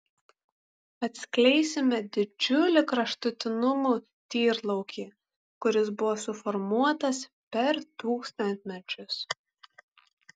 atskleisime didžiulį kraštutinumų tyrlaukį kuris buvo suformuotas per tūkstantmečius